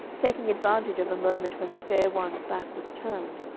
taking advantage of a moment when the fair one's back was turned,